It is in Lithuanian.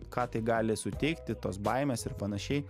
ką tai gali suteikti tos baimės ir panašiai